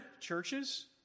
churches